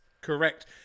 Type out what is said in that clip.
Correct